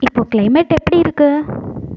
இப்போது கிளைமேட் எப்படி இருக்கு